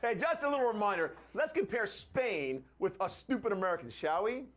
yeah just a little reminder. let's compare spain with us. stupid americans, shall we?